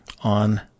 on